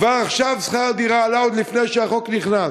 כבר עכשיו שכר הדירה עלה, עוד לפני שהחוק נכנס.